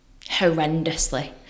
horrendously